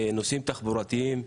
נושאים תחבורתיים.